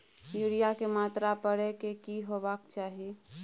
Urea के मात्रा परै के की होबाक चाही?